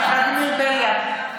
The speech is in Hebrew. אינו נוכח דוד ביטן,